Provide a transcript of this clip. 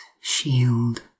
shield